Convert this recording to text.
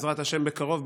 בעזרת השם בקרוב,